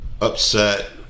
upset